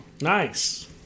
Nice